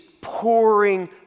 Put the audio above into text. Pouring